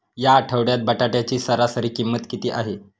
या आठवड्यात बटाट्याची सरासरी किंमत किती आहे?